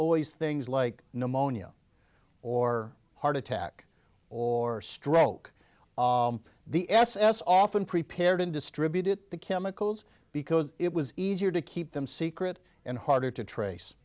always things like pneumonia or heart attack or stroke the s s often prepared and distributed the chemicals because it was easier to keep them secret and harder to trace